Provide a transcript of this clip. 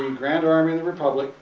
um grand army of the republic,